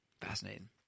Fascinating